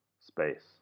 space